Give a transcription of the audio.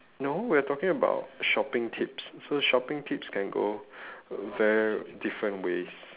no we're talking about shopping tips so shopping tips can go very different ways